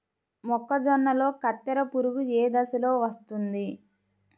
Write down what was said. మొక్కజొన్నలో కత్తెర పురుగు ఏ దశలో వస్తుంది?